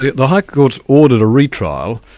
the the high court's ordered a re-trial.